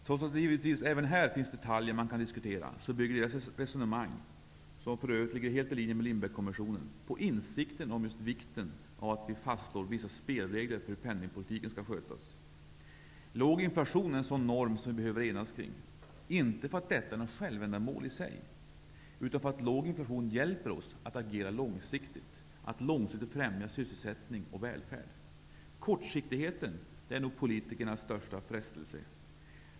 Trots att det givetvis även här finns detaljer man kan diskutera så bygger utredningens resonemang, som för övrigt ligger helt i linje med Lindbeckkommissionen, på insikten om vikten av att vi fastslår vissa spelregler för hur penningpolitiken skall skötas. Låg inflation är en sådan norm som vi behöver enas kring -- inte för att det är något självändamål i sig, utan för att låg inflation hjälper oss agera långsiktigt, att långsiktigt främja sysselsättning och välfärd. Kortsiktigheten är nog politikernas största frestelse.